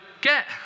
get